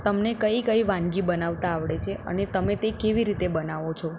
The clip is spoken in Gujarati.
તમને કઈ કઈ વાનગી બનાવતા આવડે છે અને તમે તે કેવી રીતે બનાવો છો